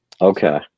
Okay